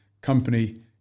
company